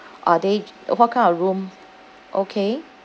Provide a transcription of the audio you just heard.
are they what kind of room okay